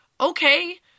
Okay